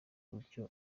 gutyo